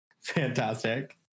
fantastic